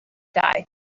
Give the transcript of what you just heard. die